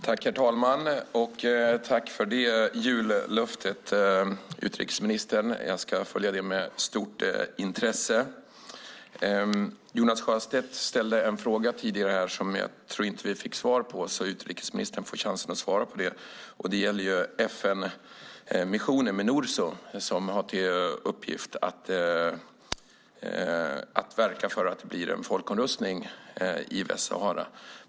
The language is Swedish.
Herr talman! Tack för det jullöftet, utrikesministern! Jag ska följa det med stort intresse. Jonas Sjöstedt ställde tidigare en fråga som jag tror att vi inte fick svar på. Utrikesministern har chansen att svara på det. Det gäller FN-missionen Minurso som har till uppgift att verka för att det blir en folkomröstning i Västsahara.